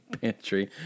pantry